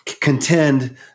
contend